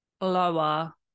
lower